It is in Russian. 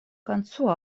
концу